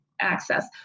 access